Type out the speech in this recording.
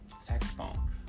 Saxophone